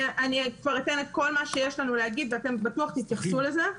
אני כבר אומר את כל מה שיש לנו לומר ואתם בטוח תתייחסו לזה.